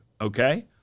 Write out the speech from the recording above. Okay